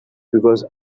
because